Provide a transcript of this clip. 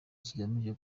kigamije